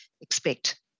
expect